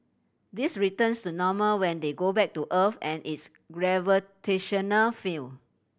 this returns to normal when they go back to Earth and its gravitational field